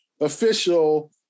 official